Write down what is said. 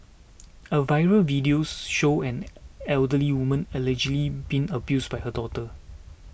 a viral video show an elderly woman allegedly being abused by her daughter